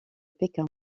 pékin